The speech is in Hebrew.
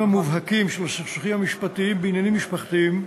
המובהקים של הסכסוכים המשפטיים בעניינים משפחתיים,